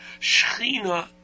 shechina